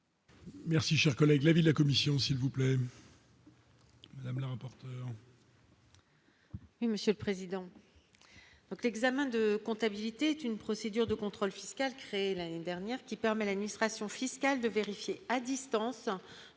Merci, cher collègue, l'avis de la commission s'il vous plaît. Madame la important.